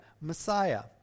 Messiah